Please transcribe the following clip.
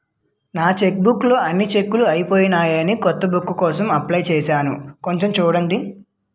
నా చెక్బుక్ లో అన్ని చెక్కులూ అయిపోయాయని కొత్త బుక్ కోసం అప్లై చేసాను కొంచెం చూడండి